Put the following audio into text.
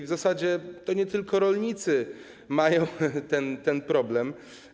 W zasadzie to nie tylko rolnicy mają ten problem.